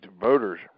voters